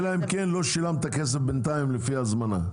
אלא אם כן, לא שילמת את הכסף בינתיים לפי ההזמנה.